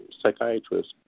psychiatrist